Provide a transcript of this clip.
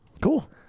Cool